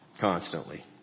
Constantly